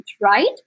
right